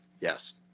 Yes